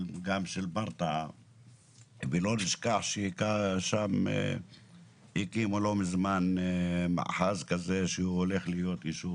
לא נשכח שהקימו שם לא מזמן מאחז שיהיה יישוב